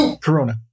Corona